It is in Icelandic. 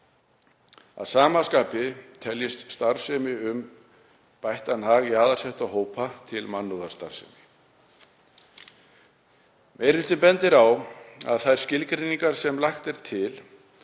Að sama skapi teljist starfsemi um bættan hag jaðarsettra hópa til mannúðarstarfsemi. Meiri hlutinn bendir á að þær skilgreiningar sem lagt er til